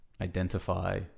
identify